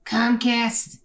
Comcast